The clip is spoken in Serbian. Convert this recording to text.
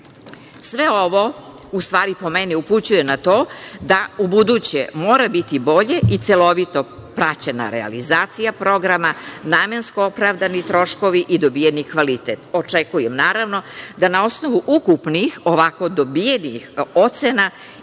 zabeleženo. Sve ovo upućuje na to da ubuduće mora biti bolje i celovito praćena realizacija programa, namensko opravdani troškovi i dobijeni kvalitet. Očekujem, naravno, da na osnovu ukupnih, ovako dobijenih ocena,